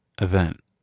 event